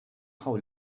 how